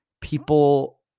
People